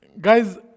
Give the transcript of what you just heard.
Guys